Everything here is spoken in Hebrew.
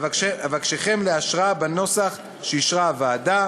ואבקשכם לאשרה בנוסח שאישרה הוועדה.